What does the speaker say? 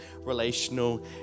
relational